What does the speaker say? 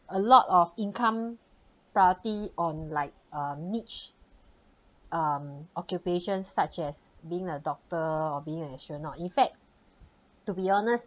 a lot of income priority on like um niche um occupations such as being a doctor or being an astronaut in fact to be honest